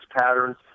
patterns